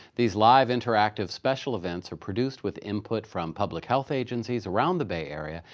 these live interactive special events are produced with input from public health agencies around the bay area,